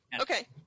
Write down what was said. Okay